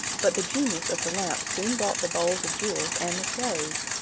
but the genius of the lamp soon brought the bowls of jewels and the slaves,